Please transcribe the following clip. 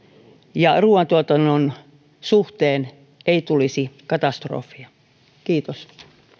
ja ruuantuotannon suhteen ei tulisi katastrofia kiitos